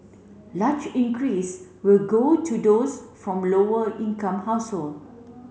larger increase will go to those from lower income household